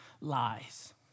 Lies